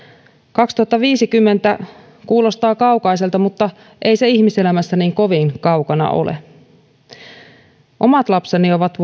kaksituhattaviisikymmentä kuulostaa kaukaiselta mutta ei se ihmiselämässä niin kovin kaukana ole omat lapseni ovat